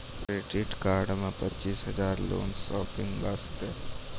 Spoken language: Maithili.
क्रेडिट कार्ड मे पचीस हजार हजार लोन शॉपिंग वस्ते?